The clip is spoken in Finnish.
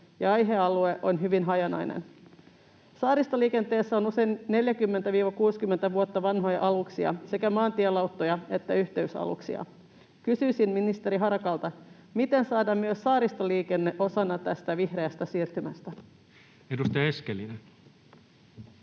aihealue on hyvin hajanainen. Saaristoliikenteessä on usein 40—60 vuotta vanhoja aluksia, sekä maantielauttoja että yhteysaluksia. Kysyisin ministeri Harakalta: miten saadaan myös saaristoliikenne osaksi tätä vihreää siirtymää? [Speech